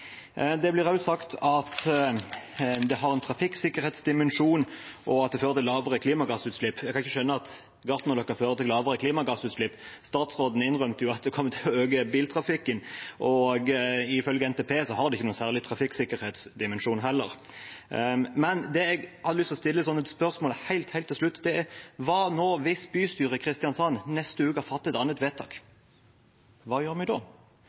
Det blir også sagt at det har en trafikksikkerhetsdimensjon, og at det fører til lavere klimagassutslipp. Jeg kan ikke skjønne at Gartnerløkka fører til lavere klimagassutslipp. Statsråden innrømte jo at det kommer til å øke biltrafikken, og ifølge NTP har det heller ikke noen særlig trafikksikkerhetsdimensjon. Det jeg hadde lyst til å stille spørsmål om helt til slutt, er: Hva nå hvis bystyret i Kristiansand neste uke fatter et annet vedtak, hva gjør vi da?